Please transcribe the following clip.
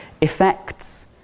effects